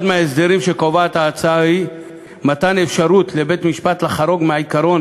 אחד ההסדרים שקובעת ההצעה הוא מתן אפשרות לבית-משפט לחרוג מהעיקרון